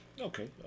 Okay